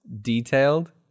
detailed